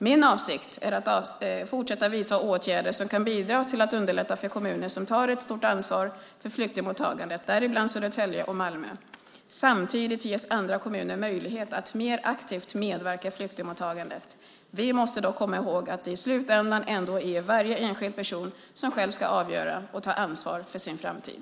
Min avsikt är att fortsätta vidta åtgärder som kan bidra till att underlätta för kommuner som tar ett stort ansvar för flyktingmottagandet, däribland Södertälje och Malmö. Samtidigt ges andra kommuner möjlighet att mer aktivt medverka i flyktingmottagandet. Vi måste dock komma ihåg att det i slutändan ändå är varje enskild person som själv ska avgöra och ta ansvar för sin framtid.